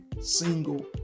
single